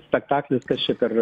spektaklis kas čia per